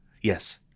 Yes